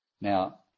Now